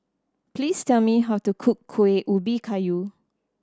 please tell me how to cook Kueh Ubi Kayu